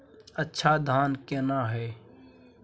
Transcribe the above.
अच्छा धान केना हैय?